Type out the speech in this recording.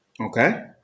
Okay